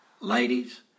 ladies